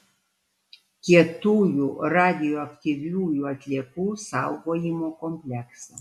kietųjų radioaktyviųjų atliekų saugojimo kompleksą